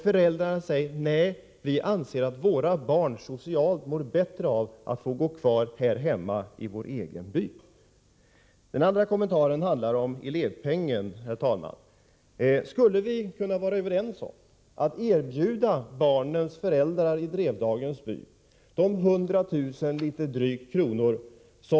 Föräldrarna säger: Nej, vi anser att våra barn socialt mår bättre av att få gå kvar hemma i vår egen by. Min andra kommentar handlar om elevpengen, herr talman. Om vi kunde komma överens om att föräldrarna till barnen i Drevdagens by skall erbjudas de litet drygt 100 000 kr.